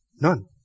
None